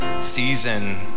season